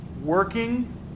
working